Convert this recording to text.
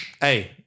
hey